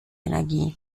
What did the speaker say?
energie